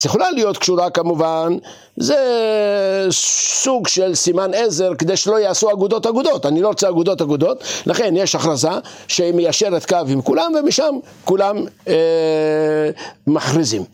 זה יכולה להיות קשורה כמובן, זה סוג של סימן עזר כדי שלא ייעשו אגודות אגודות, אני לא רוצה אגודות אגודות, לכן יש הכרזה שמיישרת קו עם כולם ומשם כולם מכריזים.